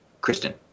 Kristen